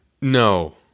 No